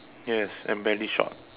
yes I'm very short